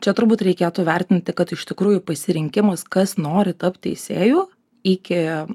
čia turbūt reikėtų vertinti kad iš tikrųjų pasirinkimas kas nori tapt teisėju iki